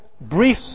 brief